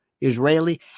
Israeli